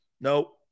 No